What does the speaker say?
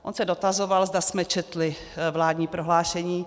On se dotazoval, zda jsme četli vládní prohlášení.